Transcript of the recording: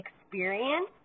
experience